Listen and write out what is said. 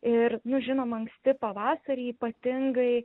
ir nu žinoma anksti pavasarį ypatingai